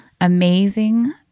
amazing